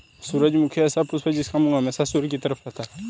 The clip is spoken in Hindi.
सूरजमुखी ऐसा पुष्प है जिसका मुंह हमेशा सूर्य की तरफ रहता है